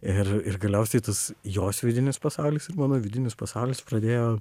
ir ir galiausiai tas jos vidinis pasaulis ir mano vidinis pasaulis pradėjo